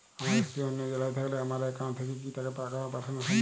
আমার স্ত্রী অন্য জেলায় থাকলে আমার অ্যাকাউন্ট থেকে কি তাকে টাকা পাঠানো সম্ভব?